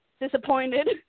disappointed